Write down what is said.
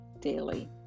daily